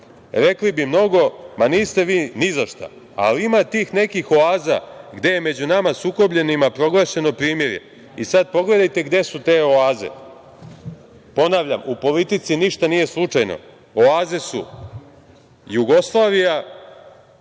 rekli bi mnogo – ma niste vi ni za šta, ali ima tih nekih oaza gde je među nama sukobljenima proglašeno primirje. I sad pogledajte gde su te oaze. Ponavljam, u politici ništa nije slučajno. Oaze su Jugoslavija,